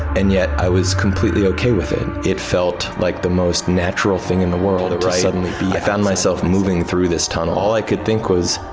and yet i was completely okay with it. it felt like the most natural thing in the world to suddenly be, i found myself moving through this tunnel. all i could think was,